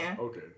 Okay